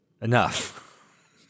Enough